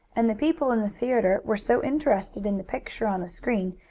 and the people in the theatre were so interested in the picture on the screen,